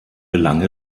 gelang